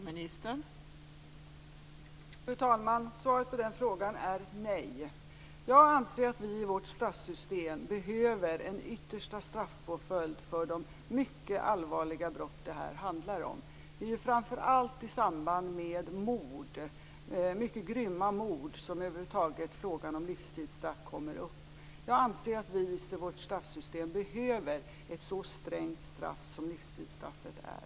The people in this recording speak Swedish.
Fru talman! Svaret på den frågan är nej. Jag anser att vi i vårt straffsystem behöver en yttersta straffpåföljd för de mycket allvarliga brott det här handlar om. Det är framför allt i samband med mycket grymma mord som frågan om livstidsstraff över huvud taget kommer upp. Jag anser att vi i vårt straffsystem behöver ett så strängt straff som livstidsstraffet är.